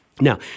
Now